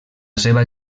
seva